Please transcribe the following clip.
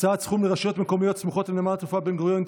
(הקצאת סכום לרשויות המקומיות הסמוכות לנמל התעופה בן-גוריון),